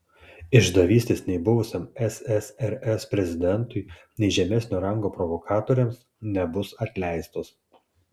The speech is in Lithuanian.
išdavystės nei buvusiam ssrs prezidentui nei žemesnio rango provokatoriams nebus atleistos